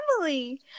Emily